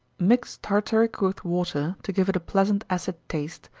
mix tartaric with water, to give it a pleasant acid taste,